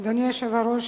אדוני היושב-ראש,